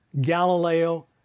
Galileo